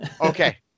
Okay